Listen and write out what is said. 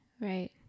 right